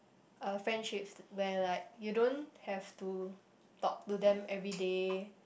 uh friendships where like you don't have to talk to them everyday